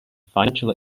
financial